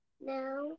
no